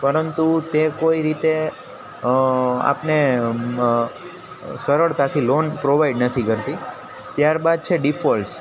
પરંતુ તે કોઈ રીતે આપને સરળતાથી લોન પ્રોવાઈડ નથી કરતી ત્યારબાદ છે ડિફોલ્ટ્સ